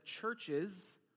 churches